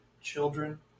children